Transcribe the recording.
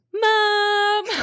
Mom